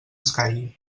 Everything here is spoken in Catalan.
escaigui